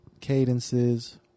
cadences